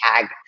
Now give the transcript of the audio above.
tag